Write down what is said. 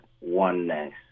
oneness